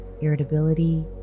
irritability